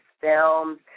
films